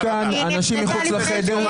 יש כאן אנשים מחוץ לחדר,